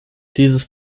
dieses